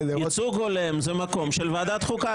ייצוג הולם הוא מקום של ועדת החוקה.